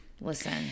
Listen